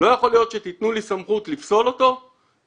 לא יתכן שאתם תתנו לי סמכות לפסול אותו ופיגום